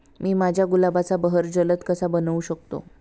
मी माझ्या गुलाबाचा बहर जलद कसा बनवू शकतो?